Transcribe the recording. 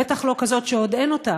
בטח לא כזאת שעדיין איננה.